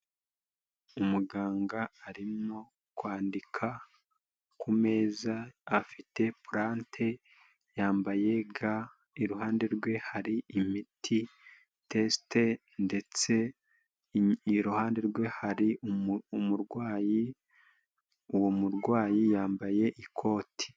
Umuganga arimo kwandika ku meza, afite pulante, yambaye ga, iruhande rwe hari imiti, tesite, ndetse iruhande rwe hari umurwayi, uwo murwayi yambaye ikoti.